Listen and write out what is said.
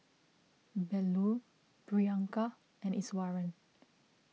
Bellur Priyanka and Iswaran